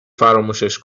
فراموشش